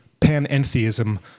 panentheism